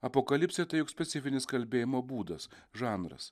apokalipsė tai juk specifinis kalbėjimo būdas žanras